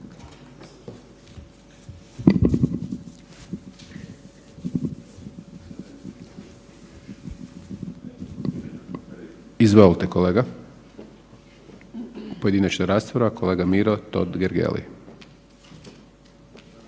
Izvolite kolega, pojedinačna rasprava, kolega Miro Totgergeli.